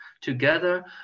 together